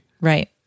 right